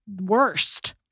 worst